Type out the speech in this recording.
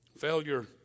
Failure